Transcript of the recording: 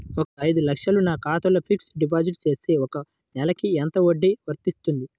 ఒక ఐదు లక్షలు నా ఖాతాలో ఫ్లెక్సీ డిపాజిట్ చేస్తే ఒక నెలకి ఎంత వడ్డీ వర్తిస్తుంది?